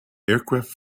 aircraft